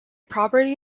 property